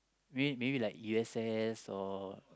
maybe maybe like U_S_S or